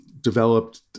developed